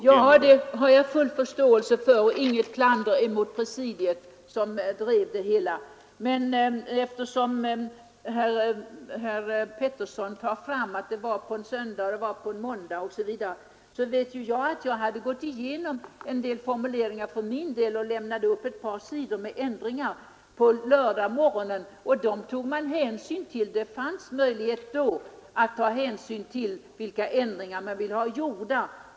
Herr talman! Det har jag full förståelse för, och jag riktar inte något klander mot presidiet som drev det hela. Men eftersom herr Petersson berörde vad som hände på söndagen och på måndagen etc., vill jag tillägga att jag för min del gick igenom en del formuleringar och redovisade ett par sidor med förslag till ändringar redan på lördagsmorgonen. De ändringsförslagen tog man hänsyn till. Det fanns alltså redan då möjlighet att få beaktade de ändringar man ville ha gjorda.